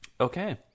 Okay